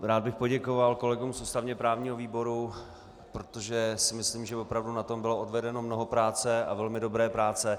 Rád bych poděkoval kolegům z ústavněprávního výboru, protože si myslím, že opravdu na tom bylo odvedeno mnoho práce, a velmi dobré práce.